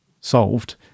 solved